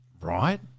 right